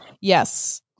Yes